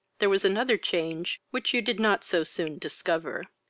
there was another change which you did not so soon discover.